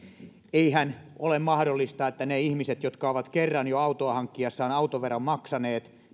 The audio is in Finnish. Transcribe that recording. eihän ole mahdollista että ne ihmiset jotka ovat kerran jo autoa hankkiessaan autoveron maksaneet